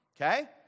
Okay